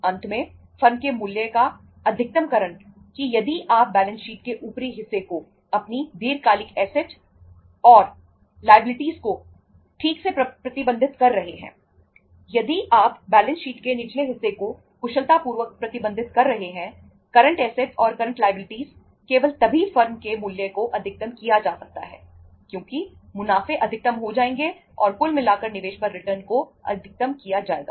अंत में फर्म के मूल्य का अधिकतमकरण कि यदि आप बैलेंस शीट के ऊपरी हिस्से को अपनी दीर्घकालिक असेट्स को अधिकतम किया जाएगा और फर्म के मूल्य को अधिकतम किया जाएगा